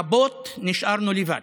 רבות נשארנו לבד.